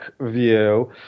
view